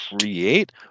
create